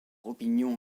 opinion